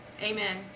Amen